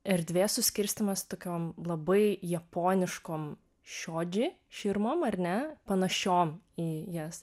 erdvės suskirstymas tokiom labai japoniškom šiodži širmom ar ne panašiom į jas